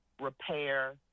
repair